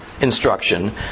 instruction